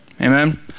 Amen